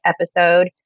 episode